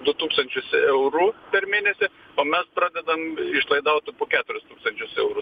du tūkstančius eurų per mėnesį o mes pradedam išlaidauti po keturis tūkstančius eurų